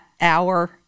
hour